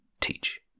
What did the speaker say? teach